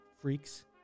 freaks